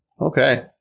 Okay